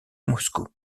moscou